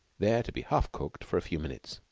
there to be half cooked for a few minutes.